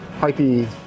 hypey